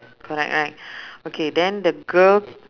correct right okay then the girl